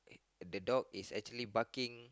the dog is actually barking